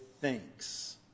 thanks